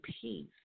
peace